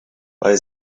bei